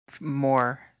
more